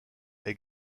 est